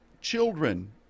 children